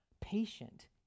patient